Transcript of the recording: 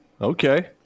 Okay